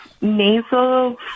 nasal